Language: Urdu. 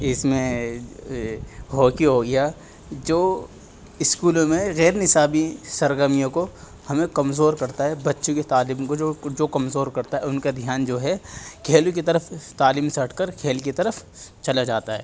اس میں ہاکی ہو گیا جو اسکولوں میں غیر نصابی سرگرمیوں کو ہمیں کمزور کرتا ہے بچوں كی تعلیم كو جو کو جو كمزور كرتا ہے ان کا دھیان جو ہے کھیلوں کی طرف تعلیم سے ہٹ کر کھیل کی طرف چلا جاتا ہے